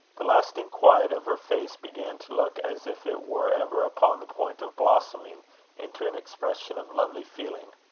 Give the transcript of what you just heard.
the lasting quiet of her face began to look as if it were ever upon the point of blossoming into an expression of lovely feeling.